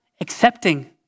accepting